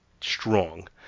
strong